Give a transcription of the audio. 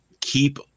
keep